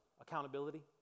Accountability